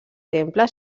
temple